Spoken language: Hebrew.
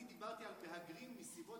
אני דיברתי על מהגרים מהסיבות הכלכליות.